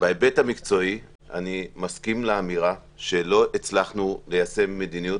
בהיבט המקצועי אני מסכים לאמירה שלא הצלחנו ליישם מדיניות